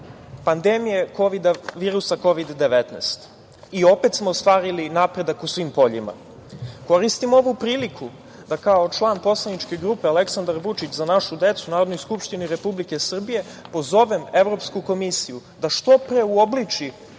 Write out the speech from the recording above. pandemije virusa Kovida-19 i opet smo ostvarili napredak u svim poljima. Koristim ovu priliku da kao član poslaničke grupe "Aleksandar Vučić – Za našu decu" u Narodnoj skupštini Republike Srbije pozovem Evropsku komisiju da što pre uobliči